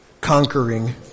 conquering